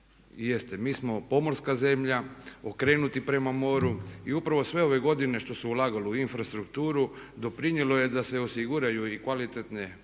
mi smo pomorska zemlja okrenuti prema moru. I upravo sve ove godine što se ulagalo u infrastrukturu doprinijelo je da se osiguraju i kvalitetne pomorske